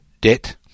debt